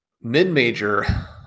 mid-major